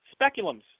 Speculums